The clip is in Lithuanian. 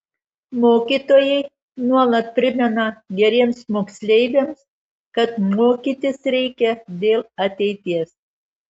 mokytojai nuolat primena geriems moksleiviams kad mokytis reikia dėl ateities